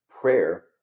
prayer